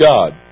God